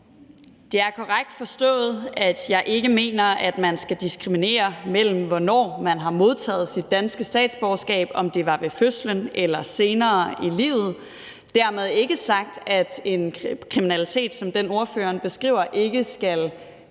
Det er korrekt forstået, at jeg ikke mener, at man skal diskriminere efter, hvornår nogen har modtaget deres danske statsborgerskab, altså om det var ved fødslen eller senere i livet. Dermed være ikke sagt, at en kriminalitet som den, ordføreren beskriver, ikke skal behandles